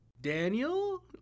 Daniel